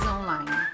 Online